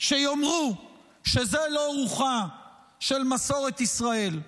שיאמרו שזו לא רוחה של מסורת ישראל?